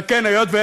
תודה, אדוני.